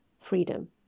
freedom